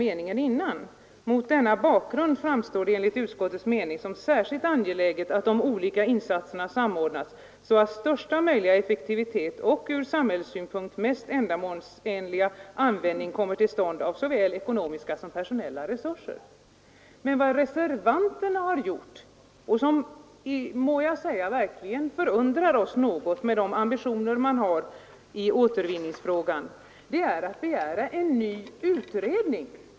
Majoriteten anför: ”Mot denna bakgrund framstår det enligt utskottets mening som särskilt angeläget att de olika insatserna samordnas så att största möjliga effektivitet och ur samhällssynpunkt mest ändamålsenliga användning kommer till stånd av såväl ekonomiska som personella resurser.” Men det som reservanterna har gjort, vilket verkligen förundrar oss något med hänsyn till de ambitioner reservanterna har i återvinningsfrågan, är att begära en ny utredning.